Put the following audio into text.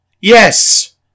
Yes